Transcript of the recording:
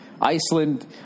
iceland